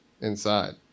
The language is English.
inside